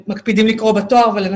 שנאמרו.